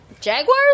Jaguars